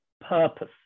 purpose